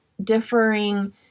differing